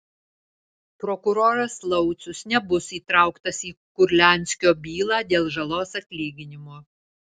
prokuroras laucius nebus įtrauktas į kurlianskio bylą dėl žalos atlyginimo